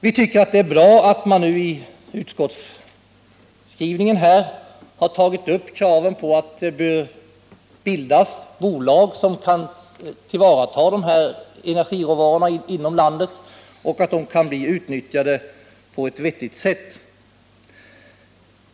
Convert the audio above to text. Vi tycker att det är bra att man nu i utskottets skrivning tagit upp kraven på ait det bör bildas bolag som kan tillvarata dessa energiråvaror inom landet så att de kan bli utnyttjade på ett vettigt sätt.